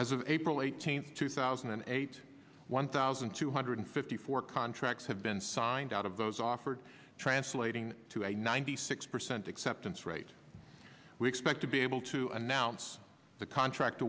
as of april eighteenth two thousand and eight one thousand two hundred fifty four contracts have been signed out of those offered translating to a ninety six percent acceptance rate we expect to be able to announce the contract